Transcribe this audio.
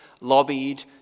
lobbied